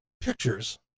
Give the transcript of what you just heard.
pictures